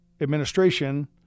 administration